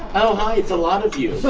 oh hi it's a lot of you.